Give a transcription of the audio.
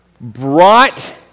brought